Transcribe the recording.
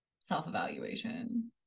self-evaluation